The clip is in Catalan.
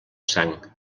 sang